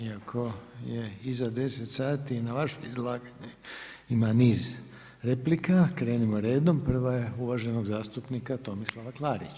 Iako je iza 10 sati i na vaše izlaganje ima niz replika, krenimo redom, prva je uvaženog zastupnika Tomislava Klarića.